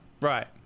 Right